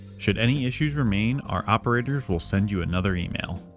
should any issues remain, our operators will send you another email.